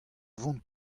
vont